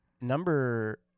number